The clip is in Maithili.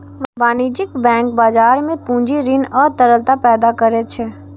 वाणिज्यिक बैंक बाजार मे पूंजी, ऋण आ तरलता पैदा करै छै